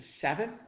seven